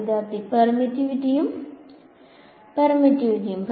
വിദ്യാർത്ഥി പെർമിറ്റിവിറ്റിയും പെർമിറ്റിവിറ്റിയും